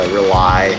rely